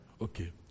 okay